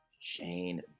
Shane